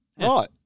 Right